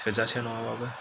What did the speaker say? थोजासे नङाब्लाबो